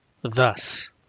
thus